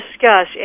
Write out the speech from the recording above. discuss